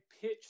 pitch